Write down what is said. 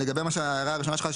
לגבי ההערה הראשונה שלך,